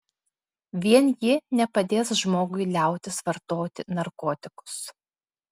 vien ji nepadės žmogui liautis vartoti narkotikus